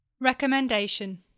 Recommendation